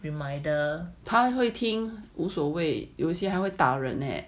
他会听无所谓有些还会打人 leh